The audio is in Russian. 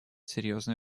серьезную